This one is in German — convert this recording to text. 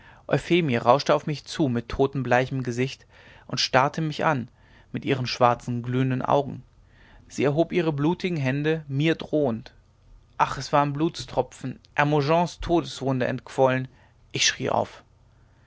rauschte auf mich zu mit totenbleichem gesicht und starrte mich an mit ihren schwarzen glühenden augen sie erhob ihre blutigen hände mir drohend ach es waren blutstropfen hermogens todeswunde entquollen ich schrie auf